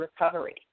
recovery